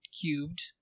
cubed